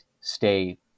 stay